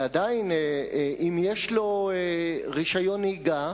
ועדיין, אם יש לו רשיון נהיגה,